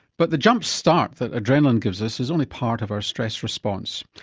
but the jump start that adrenaline gives us is only part of our stress response.